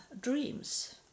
dreams